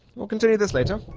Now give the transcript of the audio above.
we'll continue this later.